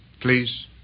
please